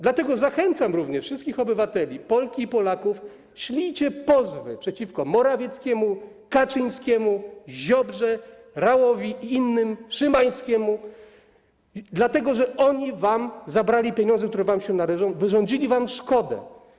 Dlatego zachęcam również wszystkich obywateli, Polki i Polaków: ślijcie pozwy przeciwko Morawieckiemu, Kaczyńskiemu, Ziobrze, Rauowi i innym, Szymańskiemu, dlatego że oni wam zabrali pieniądze, które wam się należą, wyrządzili wam szkodę.